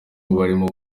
barimo